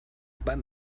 beim